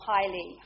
Highly